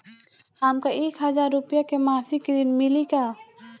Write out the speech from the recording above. हमका एक हज़ार रूपया के मासिक ऋण मिली का?